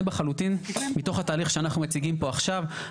לחלוטין מתוך התהליך שאנחנו מציגים פה עכשיו.